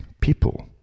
people